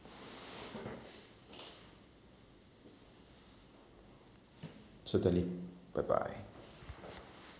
certainly bye bye